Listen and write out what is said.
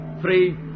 three